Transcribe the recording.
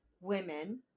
women